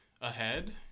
ahead